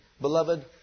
Beloved